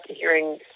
hearing